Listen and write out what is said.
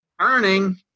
earning